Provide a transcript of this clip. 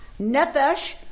Nefesh